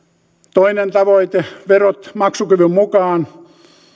toinen tavoite verot maksukyvyn mukaan